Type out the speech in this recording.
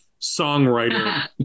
songwriter